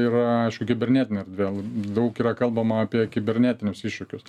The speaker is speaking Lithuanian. yra aišku kibernetinė erdvė daug yra kalbama apie kibernetinius iššūkius